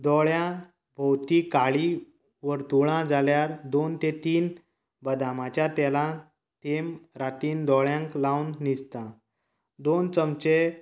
दोळ्यां भोंवतीं काळी वर्तुळां जाल्यार दोन तें तीन बदामाच्या तेलां थेंब रातीन दोळ्यांत लावन न्हिदता दोन चमचें